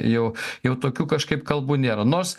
jau jau tokių kažkaip kalbų nėra nors